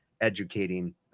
educating